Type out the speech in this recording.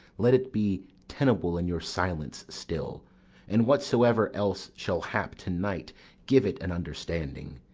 let it be tenable in your silence still and whatsoever else shall hap to-night, give it an understanding,